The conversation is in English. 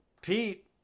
Pete